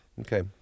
Okay